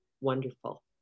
wonderful